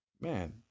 man